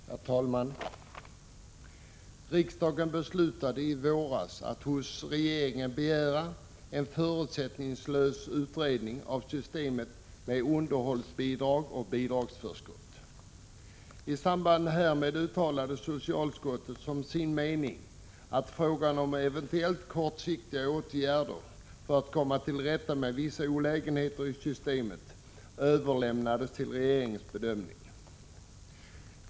Herr talman! Riksdagen beslutade i våras att hos regeringen begära en förutsättningslös utredning av systemet med underhållsbidrag och bidragsförskott. I samband härmed uttalade socialutskottet som sin mening att frågan om eventuellt kortsiktiga åtgärder för att komma till rätta med vissa olägenheter i systemet skulle överlämnas till riksdagens bedömning.